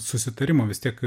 susitarimo vis tiek